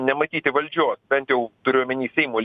nematyti valdžios bent jau turiu omeny seimo